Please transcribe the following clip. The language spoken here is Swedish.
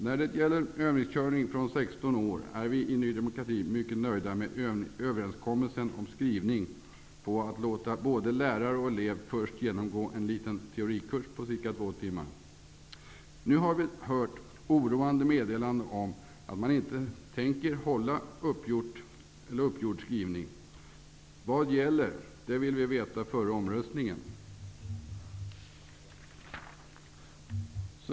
När det gäller övningskörning från 16 år är vi i Ny demokrati mycket nöjda med överenskommelsen om skrivning, dvs. att låta både lärare och elev först genomgå en liten teorikurs på ca två timmar. Nu har vi hört oroande meddelanden om att man inte tänker hålla uppgjord skrivning. Vad gäller? Det vill vi veta före omröstningen.